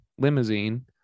limousine